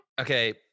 Okay